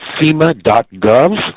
FEMA.gov